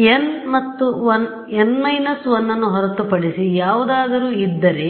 ಈಗ n 1 ಹೊರತುಪಡಿಸಿ ಯಾವುದಾದರೂ ಇದ್ದರೆ